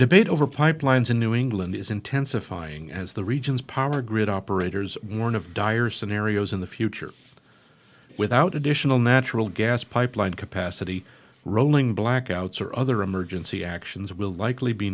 debate over pipelines in new england is intensifying as the region's power grid operators warn of dire scenarios in the future without additional natural gas pipeline capacity rolling blackouts or other emergency actions will likely be